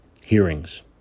hearings